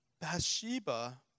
Bathsheba